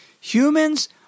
Humans